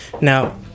Now